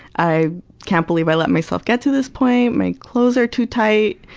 i can't believe i let myself get to this point. my clothes are too tight.